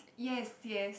yes yes